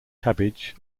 cabbage